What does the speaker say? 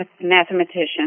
mathematician